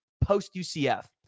post-UCF